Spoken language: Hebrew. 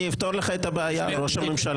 אני אפתור לך את הבעיה ראש הממשלה.